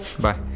bye